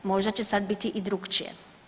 Možda će sad biti i drukčije.